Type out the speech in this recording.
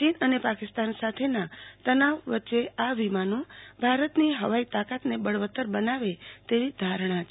ચીન અને પાકિસ્તાન સાથેના તનાવ વચાળે આ વિમાનો ભારતની હવાઈ તાકાતને બળવત્તર બનાવે તેવી ધારણા છે